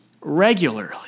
regularly